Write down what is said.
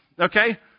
okay